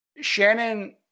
Shannon